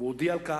והוא הודיע על כך.